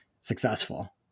successful